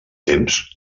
temps